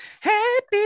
Happy